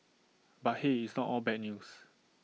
but hey it's not all bad news